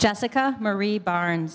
jessica marie barn